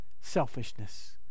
selfishness